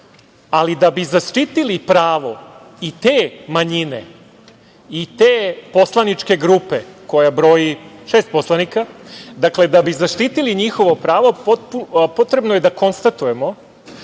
Ali, da bi zaštitili pravo i te manjine i te poslaničke grupe koja broji šest poslanika, da bi zaštitili njihovo pravo, potrebno je da konstatujemo